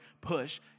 push